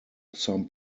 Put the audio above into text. some